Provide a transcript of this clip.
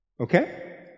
Okay